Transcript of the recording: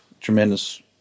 tremendous